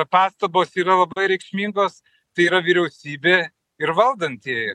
pastabos yra labai reikšmingos tai yra vyriausybė ir valdantieji